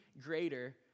greater